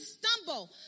stumble